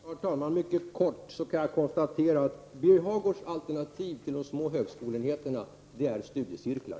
Herr talman! Jag kan mycket kort konstatera att Birger Hagårds alternativ till de små högskoleenheterna är studiecirklar.